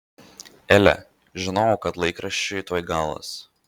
ele žinojau kad laikraščiui tuoj galas